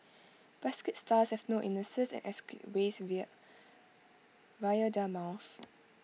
basket stars have no anuses and excrete waste via via their mouths